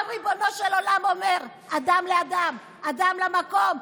גם ריבונו של עולם אומר: אדם לאדם, אדם למקום.